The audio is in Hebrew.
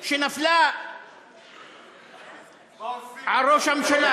מהליברליות שנפלה על ראש הממשלה.